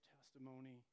testimony